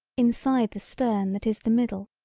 inside the stern that is the middle,